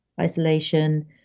isolation